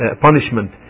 punishment